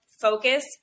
focus